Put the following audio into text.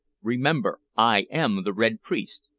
remember i am the red priest.